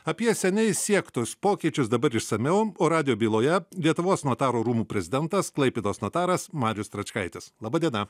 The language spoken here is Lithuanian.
apie seniai siektus pokyčius dabar išsamiau o radijo byloje lietuvos notarų rūmų prezidentas klaipėdos notaras marius stračkaitis laba diena